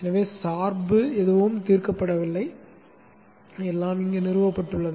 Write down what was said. எனவே சார்பு எதுவும் தீர்க்கப்படவில்லை எல்லாம் நிறுவப்பட்டுள்ளது